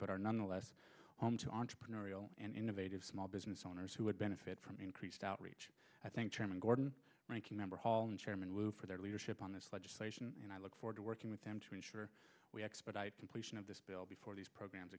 not less home to entrepreneurial and innovative small business owners who would benefit from increased outreach i think terman gordon ranking member hall and chairman lou for their leadership on this legislation and i look forward to working with them to ensure we expedite completion of this bill before these programs